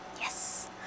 Yes